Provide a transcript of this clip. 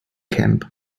camp